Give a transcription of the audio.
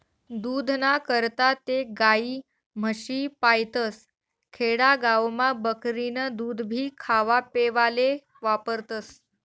दूधना करता ते गायी, म्हशी पायतस, खेडा गावमा बकरीनं दूधभी खावापेवाले वापरतस